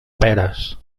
peres